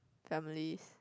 families